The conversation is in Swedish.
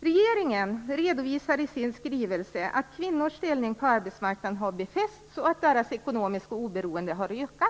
Regeringen redovisar i sin skrivelse att kvinnors ställning på arbetsmarknaden har befästs och att deras ekonomiska oberoende har ökat.